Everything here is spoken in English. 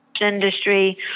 industry